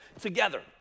together